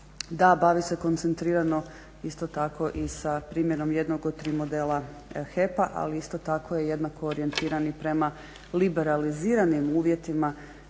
Da, bavi se koncentrirano isto tako i sa primjenom jednog od tri modela HEP-a ali isto tako jednako orijentirani prema liberaliziranim uvjetima